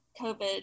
COVID